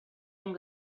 amb